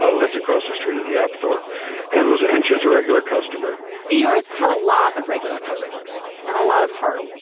lived across the street of the app store and was entsch's a regular customer yours had a lot of regular customers and a lot of heart.